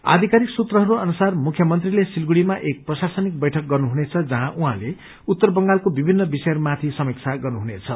आधिकारिक सुत्रहरू अुनससार मुख्यमंत्रीले सिलगुड़ीमा एक प्रशासनिक बैठक गर्नुहुनेछ जहाँ उहाँले उत्तर बंगालको विभिन्न विषयहरूमाथि सीमक्षा गर्नुहुनेछ